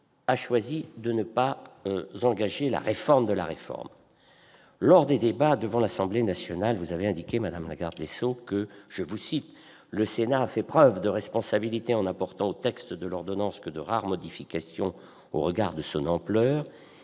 a choisi de ne pas engager « la réforme de la réforme ». Lors des débats devant l'Assemblée nationale, vous avez indiqué, madame la garde des sceaux, que « le Sénat avait fait preuve de responsabilité en n'apportant au texte de l'ordonnance que de rares modifications au regard de son ampleur et